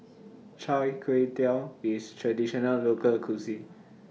Chai Tow Kuay IS A Traditional Local Cuisine